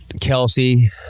Kelsey